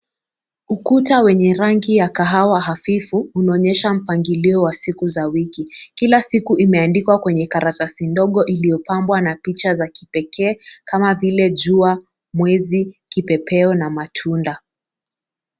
Ukuta wenye rangi ya kahawa hafifu, inaonyesha mpangilio wa siku za wiki. Kila siku imeandikwa kwenye karatasi ndogo na imepamwa na picha za kipekee, kama vile jua, mwezi, kipepeo na matunda.